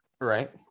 Right